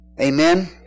Amen